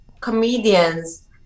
comedians